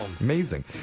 Amazing